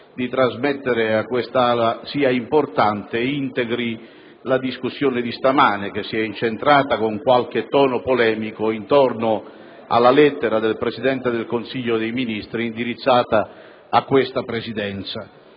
di trasmettere a quest'Aula sia importante ed integri la discussione di questa mattina, che si è incentrata, con qualche tono polemico, sulla lettera del Presidente del Consiglio dei ministri indirizzata a questa Presidenza.